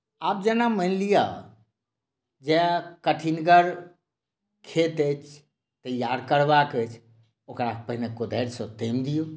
आब जेना मानि लिअ जे कठिनगर खेत अछि तैआर करबाक अछि ओकरा पाहिने कोदारिसँ तामि दियौ